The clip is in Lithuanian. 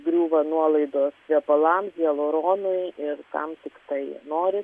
griūva nuolaidos kvepalams hialuronui ir kam tiktai nori